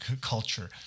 culture